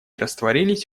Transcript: растворились